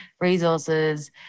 resources